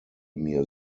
mir